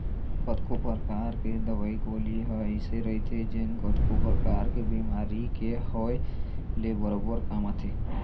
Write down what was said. कतको परकार के दवई गोली ह अइसे रहिथे जेन कतको परकार के बेमारी के होय ले बरोबर काम आथे